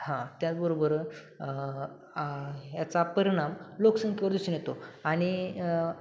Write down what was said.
हां त्याचबरोबर ह्याचा परिणाम लोकसंख्येवर दिसून येतो आणि